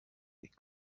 les